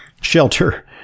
shelter